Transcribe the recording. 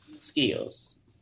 skills